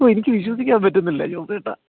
ഓഹ് എനിക്ക് വിശ്വസിക്കാൻ പറ്റുന്നില്ല ജോസേട്ടാ